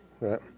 Right